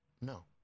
no